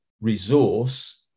resource